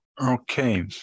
Okay